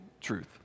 truth